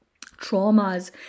traumas